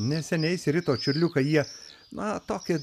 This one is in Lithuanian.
neseniai išsirito čiurliukai jie na tokie